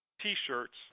T-shirts